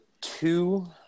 two